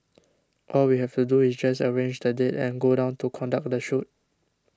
all we have to do is just arrange the date and go down to conduct the shoot